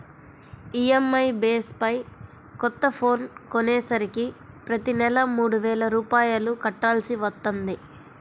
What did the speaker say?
EMI base పై కొత్త phone కొనేసరికి ప్రతి నెలా మూడు వేల రూపాయలు కట్టాల్సి వత్తంది